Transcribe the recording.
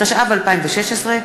התשע"ו 2016,